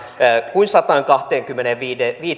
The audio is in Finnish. kuin sataankahteenkymmeneenviiteen